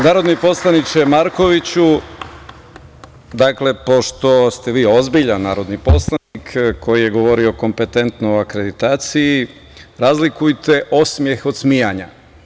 Narodni poslaniče Markoviću, pošto ste vi ozbiljan narodni poslanik koji je govorio kompetentno o akreditaciji, razlikujte osmeh od smejanja.